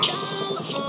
California